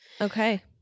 Okay